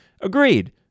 Agreed